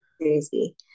crazy